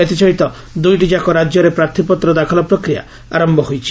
ଏଥିସହିତ ଦୁଇଟିଯାକ ରାଜ୍ୟରେ ପ୍ରାର୍ଥୀପତ୍ର ଦାଖଲ ପ୍ରକ୍ରିୟା ଆରମ୍ଭ ହୋଇଛି